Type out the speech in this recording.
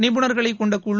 நிபுணர்களைக்கொண்ட குழு